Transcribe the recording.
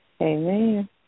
Amen